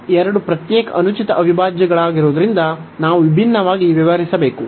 ಈ ಎರಡು ಪ್ರತ್ಯೇಕ ಅನುಚಿತ ಅವಿಭಾಜ್ಯಗಳಾಗಿರುವುದರಿಂದ ನಾವು ವಿಭಿನ್ನವಾಗಿ ವ್ಯವಹರಿಸಬೇಕು